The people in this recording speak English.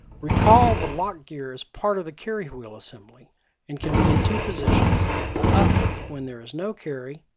recall the lock gear is part of the carry wheel assembly and can be in two positions up, when there is no carry,